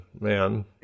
man